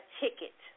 ticket